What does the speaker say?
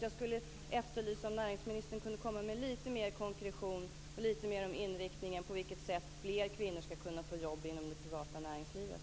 Jag efterlyser att näringsministern kommer med lite mer konkretion och lite mer om inriktningen för hur fler kvinnor skall kunna få jobb inom det privata näringslivet.